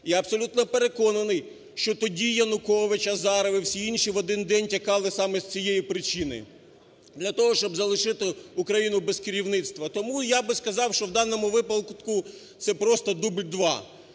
Я абсолютно переконаний, що тоді Янукович, Азаров і всі інші в один день тікали саме з цієї причини для того, щоб залишити Україну без керівництва. Тому я би сказав, що в даному випадку це просто дубль два.